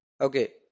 Okay